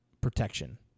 protection